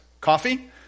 Coffee